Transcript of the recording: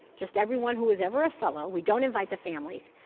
just everyone who was ever a fellow, we don't invite the families,